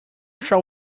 shall